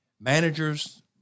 Managers